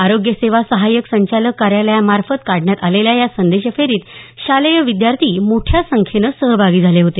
आरोग्य सेवा सहाय्यक संचालक कार्यालयामार्फत काढण्यात आलेल्या या संदेश फेरीत शालेय विद्यार्थी मोठ्या संख्येनं सहभागी झाले होते